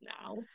now